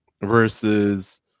versus